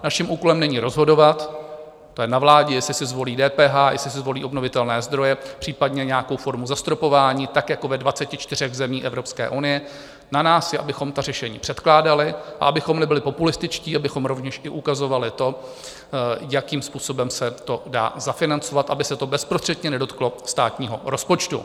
Naším úkolem není rozhodovat, to je na vládě, jestli si zvolí DPH, jestli si zvolí obnovitelné zdroje, případně nějakou formu zastropování jako ve 24 zemích Evropské unie, na nás je, abychom ta řešení předkládali a abychom nebyli populističtí, abychom rovněž i ukazovali to, jakým způsobem se to dá zafinancovat, aby se to bezprostředně nedotklo státního rozpočtu.